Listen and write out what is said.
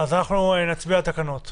אנחנו נצביע על התקנות.